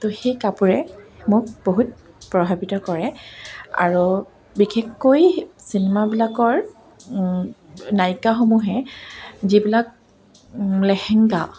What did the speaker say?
তো সেই কাপোৰে মোক বহুত প্ৰভাৱিত কৰে আৰু বিশেষকৈ চিনেমাবিলাকৰ নায়িকাসমূহে যিবিলাক লেহেংগা